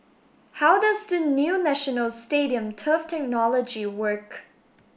how does the new National Stadium turf technology work